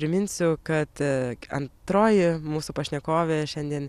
priminsiu kad antroji mūsų pašnekovė šiandien